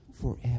forever